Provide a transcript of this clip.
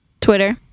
Twitter